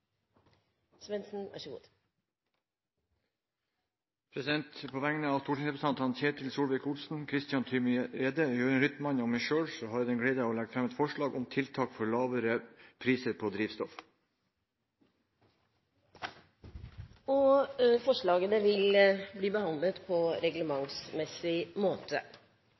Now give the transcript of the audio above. På vegne av stortingsrepresentantene Ketil Solvik-Olsen, Christian Tybring-Gjedde, Jørund Rytman og meg selv har jeg den glede å legge fram et forslag om tiltak for lavere priser på drivstoff. Forslagene vil bli behandlet på reglementsmessig måte.